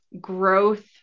growth